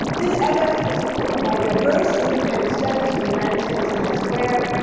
this evidence was supported by diverse independent studies from the united states and elsewhere.